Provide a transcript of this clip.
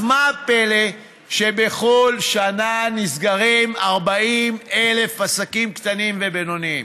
אז מה הפלא שבכל שנה נסגרים 40,000 עסקים קטנים ובינוניים,